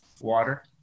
water